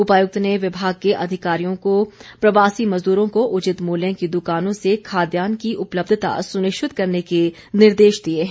उपायुक्त ने विभाग के अधिकारियों को प्रवासी मज़दूरों को उचित मूल्यों की दुकानों से खाद्यान्न की उपलब्धता सुनिश्चित करने के निर्देश दिए हैं